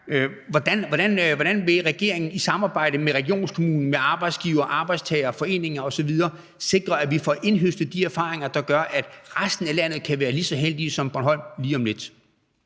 Hvordan vil regeringen i samarbejde med regionskommunen, med arbejdsgivere, arbejdstagere, foreninger osv. sikre, at vi får indhøstet de erfaringer, der gør, at resten af landet kan være lige så heldige som Bornholm lige om lidt?